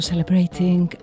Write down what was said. celebrating